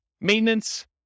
Maintenance